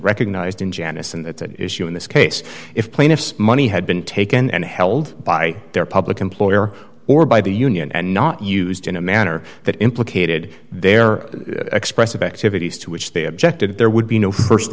recognized in janice and that's an issue in this case if plaintiffs money had been taken and held by their public employer or by the union and not used in a manner that implicated their expressive activities to which they objected there would be no